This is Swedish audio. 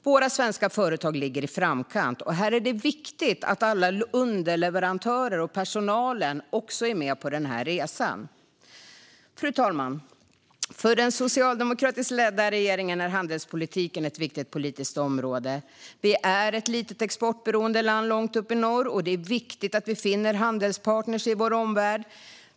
Våra svenska företag ligger i framkant, och det är viktigt att alla underleverantörer och personalen också är med på resan. Fru talman! För den socialdemokratiskt ledda regeringen är handelspolitiken ett viktigt politiskt område. Vi är ett litet exportberoende land långt uppe i norr, och det är viktigt att vi finner handelspartner i vår omvärld.